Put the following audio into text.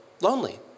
lonely